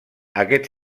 aquest